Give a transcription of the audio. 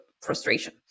frustration